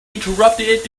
interrupted